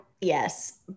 yes